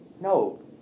No